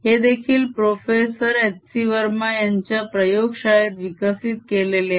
हे देखील professor HC Verma यांच्या प्रयोग शाळेत विकसित केलेले आहे